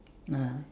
ah